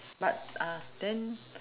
but uh then